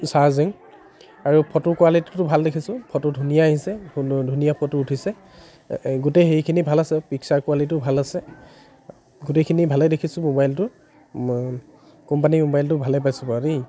charging আৰু photo কোৱালিটিটো ভাল দেখিছো ফটো ধুনীয়া আহিছে সুন্দৰ ধুনীয়া ফটো উঠিছে এই গোটেই হেৰিখিনি ভাল আছে পিক্সাৰ কোৱালিটিটো ভাল আছে গোটেইখিনি ভালেই দেখিছো ম'বাইলটোৰ কোম্পানীৰ ম'বাইলতো ভালেই পাইছোঁ বাৰু দেই